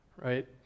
Right